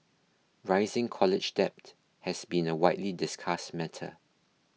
rising college debt has been a widely discussed matter